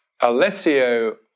Alessio